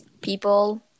people